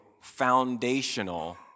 foundational